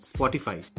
Spotify